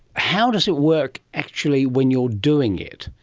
how does it work actually when you are doing it?